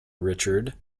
richard